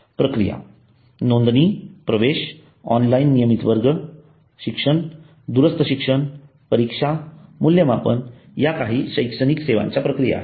प्रक्रिया नोंदणी प्रवेश ऑनलाइन नियमित वर्ग शिक्षण दूरस्थ शिक्षण परीक्षा मूल्यमापन या काही शैक्षणिक सेवांच्या प्रक्रिया आहेत